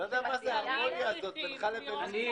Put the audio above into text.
אני מצביע על כך שתוקפו של הצו הזה הוא לארבע שנים.